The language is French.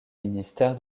ministère